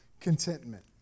contentment